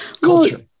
culture